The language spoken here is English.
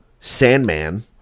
Sandman